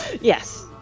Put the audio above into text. Yes